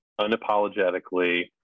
unapologetically